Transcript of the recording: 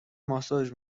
ماساژ